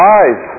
eyes